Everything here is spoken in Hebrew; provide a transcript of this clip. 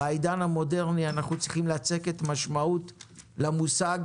בעידן המודרני אנחנו צריכים לצקת משמעות למושג